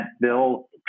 bill